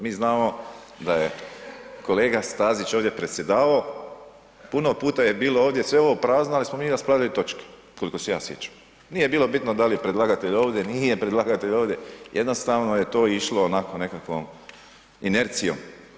Mi znamo da je kolega Stazić ovdje predsjedavao, puno puta je bilo ovdje sve ovo prazno ali smo raspravljali o otočki, koliko se ja sjećam, nije bilo bitno da li je predlagatelj ovdje, nije predlagatelj ovdje, jednostavno je to išlo onakvom nekakvom inercijom.